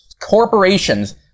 corporations